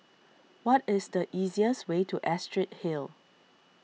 what is the easiest way to Astrid Hill